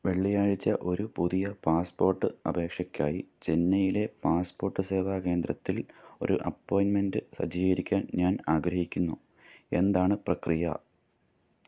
വെള്ളിയാഴ്ച ഒരു പുതിയ പാസ്പോർട്ട് അപേക്ഷയ്ക്കായി ചെന്നൈയിലെ പാസ്പോർട്ട് സേവാ കേന്ദ്രത്തിൽ ഒരു അപ്പോയിൻ്റ്മെൻ്റ് സജ്ജീകരിക്കാൻ ഞാൻ ആഗ്രഹിക്കുന്നു എന്താണ് പ്രക്രിയ